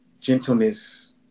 gentleness